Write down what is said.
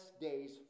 days